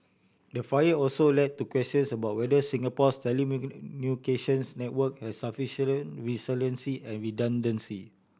the fire also led to questions about whether Singapore's network had resiliency and redundancy